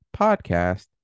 podcast